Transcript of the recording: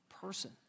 person